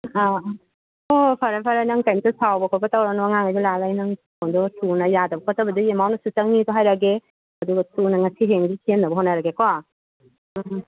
ꯑꯥ ꯑꯥ ꯍꯣꯏꯍꯣꯏ ꯐꯔꯦ ꯐꯔꯦ ꯅꯪ ꯀꯩꯝꯇ ꯁꯥꯎꯕ ꯈꯣꯠ ꯇꯧꯔꯅꯣ ꯑꯉꯥꯡꯈꯩꯗꯣ ꯂꯥꯛꯑꯒ ꯑꯩ ꯅꯪ ꯐꯣꯟꯗꯣ ꯊꯨꯟ ꯌꯥꯗꯕ ꯈꯣꯠꯕꯗꯣ ꯑꯦꯃꯥꯎꯟꯠ ꯑꯁꯨꯛ ꯆꯪꯅꯤꯗꯨ ꯍꯥꯏꯔꯛꯑꯒꯦ ꯑꯗꯨꯒ ꯊꯨꯅ ꯉꯁꯤ ꯍꯌꯦꯡꯁꯤꯗ ꯁꯦꯝꯅꯕ ꯍꯣꯠꯅꯔꯒꯦꯀꯣ ꯎꯝ ꯎꯝ